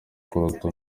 kuruta